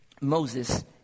Moses